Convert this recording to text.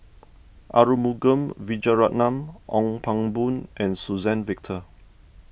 Arumugam Vijiaratnam Ong Pang Boon and Suzann Victor